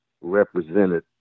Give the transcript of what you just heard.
represented